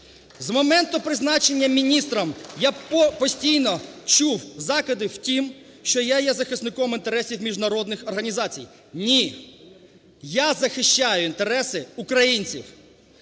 З моменту призначення міністром я постійно чув закиди в тім, що я є захисником інтересів міжнародних організацій. Ні! Я захищаю інтереси українців.